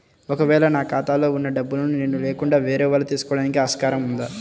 ఒక వేళ నా ఖాతాలో వున్న డబ్బులను నేను లేకుండా వేరే వాళ్ళు తీసుకోవడానికి ఆస్కారం ఉందా?